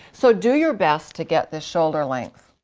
so do your best to get the shoulder length.